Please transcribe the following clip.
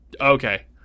okay